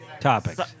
topics